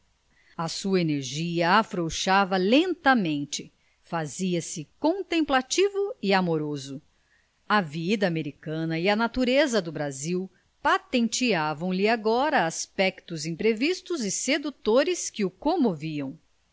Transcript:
a sua energia afrouxava lentamente fazia-se contemplativo e amoroso a vida americana e a natureza do brasil patenteavam lhe agora aspectos imprevistos e sedutores que o comoviam